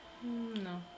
No